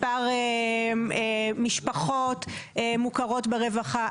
מספר משפחות מוכרות ברווחה.